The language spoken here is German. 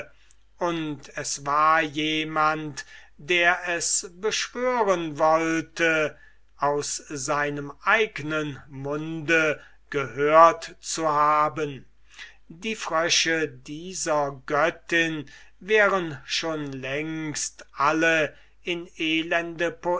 und es war jemand der es beschwören wollte aus seinem eignen munde gehört zu haben die frösche dieser göttin wären schon längst alle in elende